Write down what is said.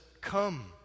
Come